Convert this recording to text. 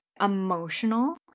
emotional